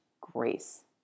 grace